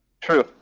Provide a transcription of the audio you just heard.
true